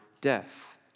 death